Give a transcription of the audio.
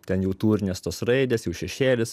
ten jau tūrinės tos raidės jau šešėlis